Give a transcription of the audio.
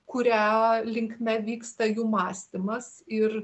kuria linkme vyksta jų mąstymas ir